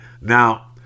Now